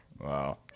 Wow